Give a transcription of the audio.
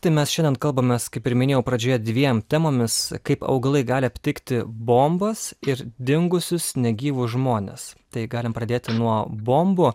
tai mes šiandien kalbamės kaip ir minėjau pradžioje dviem temomis kaip augalai gali aptikti bombas ir dingusius negyvus žmones tai galim pradėti nuo bombų